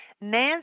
Nancy